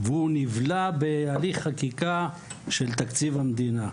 נבלע בהליך החקיקה של תקציב המדינה,